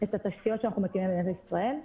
את התשתיות שאנחנו מקימים במדינת ישראל,